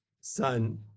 son